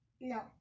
No